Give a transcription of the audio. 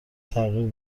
تغییر